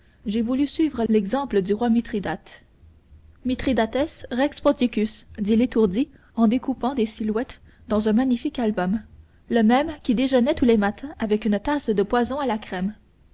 j'ai voulu suivre l'exemple du roi mithridate mithridates rex ponticus dit l'étourdi en découpant des silhouettes dans un magnifique album le même qui déjeunait tous les matins avec une tasse de poison à la crème